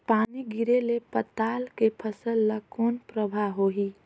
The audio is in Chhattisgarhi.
पानी गिरे ले पताल के फसल ल कौन प्रभाव होही?